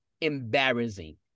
embarrassing